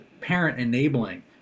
parent-enabling